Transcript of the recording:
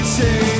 say